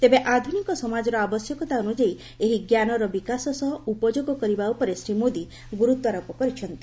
ତେବେ ଆଧୁନିକ ସମାଜର ଆବଶ୍ୟକତା ଅନୁଯାୟୀ ଏହି ଜ୍ଞାନର ବିକାଶ ସହ ଉପଯୋଗ କରିବା ଉପରେ ଶ୍ରୀ ମୋଦି ଗୁରୁତ୍ୱାରୋପ କରିଛନ୍ତି